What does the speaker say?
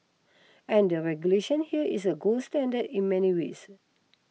and the regulation here is a gold standard in many ways